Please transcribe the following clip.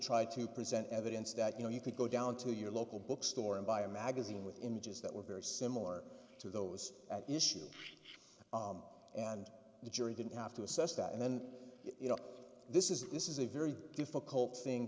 tried to present evidence that you know you could go down to your local bookstore and buy a magazine with images that were very similar to those at issue and the jury didn't have to assess that and then you know this is this is a very difficult thing